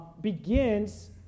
begins